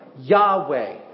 Yahweh